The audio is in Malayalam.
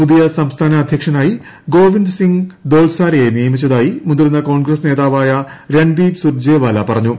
പുതിയ സംസ്ഥാന അദ്ധ്യക്ഷനായി ഗോവിന്ദസിംഗ് ദോത്സാരയെ നിയമിച്ചതായി മുതിർന്ന കോൺഗ്രസ് നേതാവായ രൺദീപ് സൂർജേവാല പറഞ്ഞു